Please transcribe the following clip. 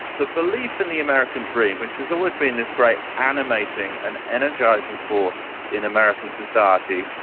the belief in the american dream, which has always been this great animating and energising force in american society,